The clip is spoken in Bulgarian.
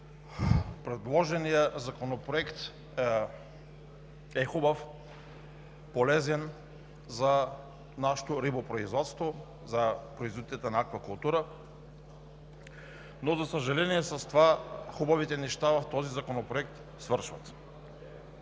Предложеният законопроект е хубав, полезен за нашето рибопроизводство, за производителите на аквакултури, но, за съжаление, с това хубавите неща в този законопроект свършват.